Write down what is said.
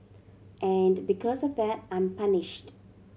and because of that I'm punished